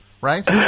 right